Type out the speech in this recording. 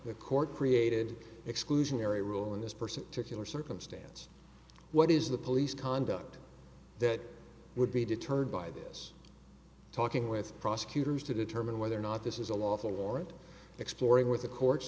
the court created exclusionary rule in this person to kill or circumstance what is the police conduct that would be deterred by this talking with prosecutors to determine whether or not this is a lawful warrant exploring with the courts